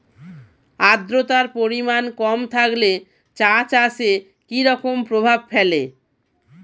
আদ্রতার পরিমাণ কম থাকলে চা চাষে কি রকম প্রভাব ফেলে?